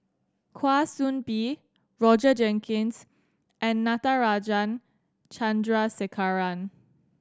Kwa Soon Bee Roger Jenkins and Natarajan Chandrasekaran